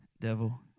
Devil